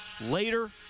later